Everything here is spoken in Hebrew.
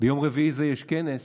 ביום רביעי הזה יש כנס,